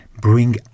bring